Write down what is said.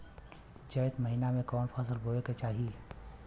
चैत महीना में कवन फशल बोए के चाही?